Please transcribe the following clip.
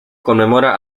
conmemora